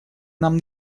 нам